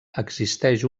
existeix